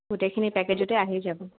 গোটেইখিনি পেকেজতে আহি যাব